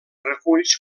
reculls